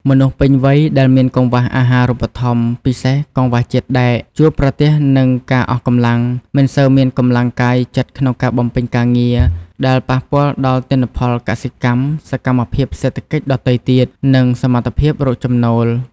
មនុស្សពេញវ័យដែលមានកង្វះអាហារូបត្ថម្ភ ពិសេសកង្វះជាតិដែក ជួបប្រទះនឹងការអស់កម្លាំង មិនសូវមានកម្លាំងកាយចិត្តក្នុងការបំពេញការងារ ដែលប៉ះពាល់ដល់ទិន្នផលកសិកម្ម សកម្មភាពសេដ្ឋកិច្ចដទៃទៀត និងសមត្ថភាពរកចំណូល។